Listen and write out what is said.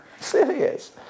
Serious